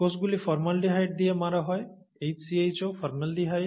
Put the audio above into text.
কোষগুলি ফর্মালডিহাইড দিয়ে মারা হয় HCHO ফর্মালডিহাইড